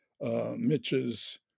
Mitch's